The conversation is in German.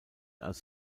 als